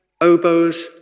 oboes